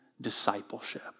discipleship